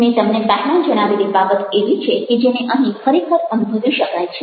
મેં તમને પહેલાં જણાવેલી બાબત એવી છે કે જેને અહીં ખરેખર અનુભવી શકાય છે